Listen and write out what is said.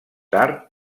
tard